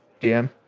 DM